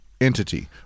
Entity